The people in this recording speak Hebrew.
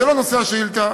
זה לא נושא השאילתה,